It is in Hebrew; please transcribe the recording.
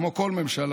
כמו כל ממשלה,